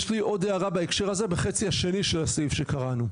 יש לי עוד הערה בהקשר הזה בחצי השני של הסעיף שקראנו,